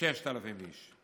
6,000 איש.